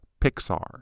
Pixar